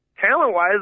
talent-wise